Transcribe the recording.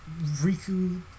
Riku